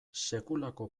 sekulako